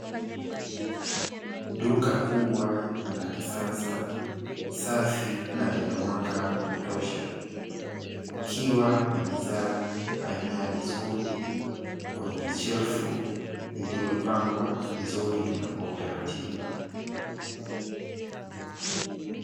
Duka kubwa na la kisasa, safi na lenye mwanga wa kutosha kukiwa na bidhaa aina ya biskuti, kwenye shelfu iliyopangwa vizuri na kwa utaratibu.